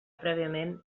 prèviament